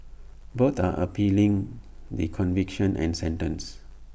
both are appealing the conviction and sentence